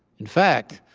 in fact,